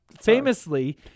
Famously